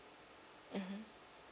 mmhmm